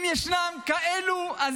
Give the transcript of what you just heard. אם ישנם כאלה,